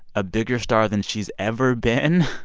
a bigger star than she's ever been.